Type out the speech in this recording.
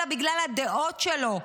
אלא בגלל הדעות שלו.